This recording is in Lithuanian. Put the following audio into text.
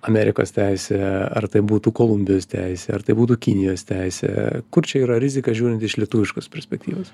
amerikos teisė ar tai būtų kolumbijos teisė ar tai būtų kinijos teisė kur čia yra rizika žiūrint iš lietuviškos perspektyvos